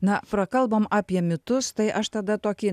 na prakalbom apie mitus tai aš tada tokį